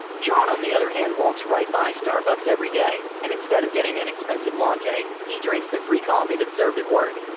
john on the other hand, walks right by starbucks every day and instead of getting an expensive latte, he drinks the free coffee that's served at work.